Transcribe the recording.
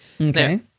Okay